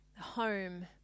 home